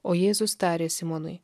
o jėzus tarė simonui